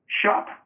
shop